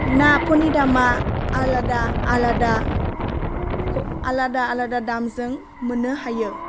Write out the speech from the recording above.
नाफोरनि दामआ आलादा आलादा आलादा आलादा दामजों मोननो हायो